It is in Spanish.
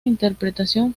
interpretación